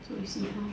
so you see how